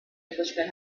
englishman